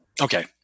Okay